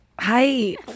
hi